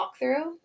walkthrough